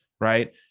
right